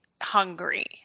hungry